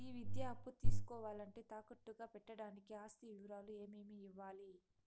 ఈ విద్యా అప్పు తీసుకోవాలంటే తాకట్టు గా పెట్టడానికి ఆస్తి వివరాలు ఏమేమి ఇవ్వాలి?